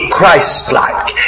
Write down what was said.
Christ-like